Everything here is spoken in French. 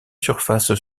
surface